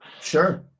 Sure